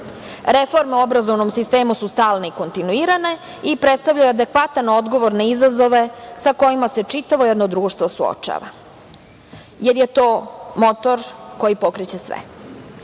Reforme u obrazovnom sistemu su stalne i kontinuirane i predstavljaju adekvatan odgovor na izazove sa kojima se čitavo jedno društvo suočava, jer je to motor koji pokreće sve. To